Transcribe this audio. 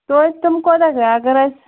توتہِ تِم کوتاہ گٔے اَگر أسۍ